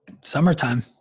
Summertime